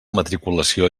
matriculació